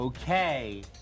Okay